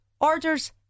orders